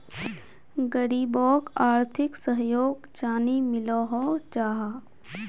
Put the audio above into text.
गरीबोक आर्थिक सहयोग चानी मिलोहो जाहा?